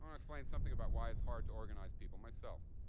um explain something about why it's hard to organize people myself.